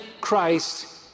Christ